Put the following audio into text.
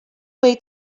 way